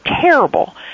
terrible